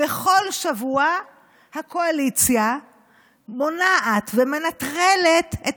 בכל שבוע הקואליציה מונעת ומנטרלת את